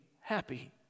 happy